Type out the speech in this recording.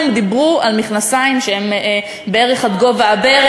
דיברו על מכנסיים שהם בערך עד גובה הברך.